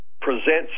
presents